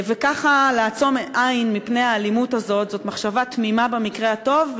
וככה לעצום עין מול האלימות הזאת זו מחשבה תמימה במקרה הטוב,